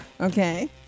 Okay